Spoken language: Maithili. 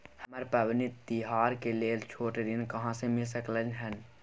हमरा पबनी तिहार के लेल छोट ऋण कहाँ से मिल सकलय हन?